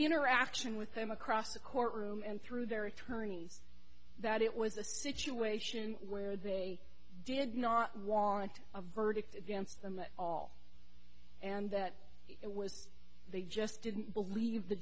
interaction with them across the courtroom and through their attorneys that it was a situation where they did not want a verdict against them at all and that it was they just didn't believe the